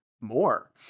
more